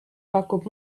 pakub